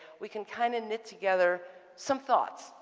we can kind of knit together some thoughts.